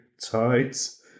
tides